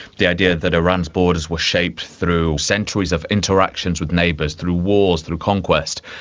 the idea that iran's borders were shaped through centuries of interactions with neighbours through wars, through conquest,